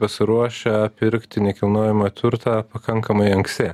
pasiruošę pirkti nekilnojamą turtą pakankamai anksti